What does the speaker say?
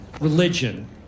religion